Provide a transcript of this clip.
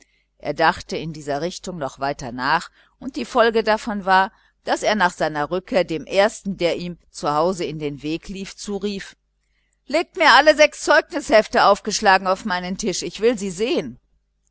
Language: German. er dachte in dieser richtung noch weiter nach und die folge davon war daß er nach seiner rückkehr dem ersten der ihm zu hause in den weg lief zurief legt mir alle sechs zeugnishefte aufgeschlagen auf meinen tisch ich will sie sehen